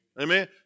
Amen